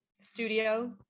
studio